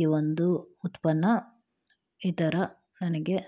ಈ ಒಂದು ಉತ್ಪನ್ನ ಈ ಥರ ನನಗೆ